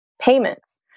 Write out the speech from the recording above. payments